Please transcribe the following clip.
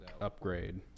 upgrade